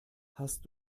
hast